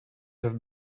have